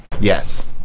yes